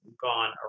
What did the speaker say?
gone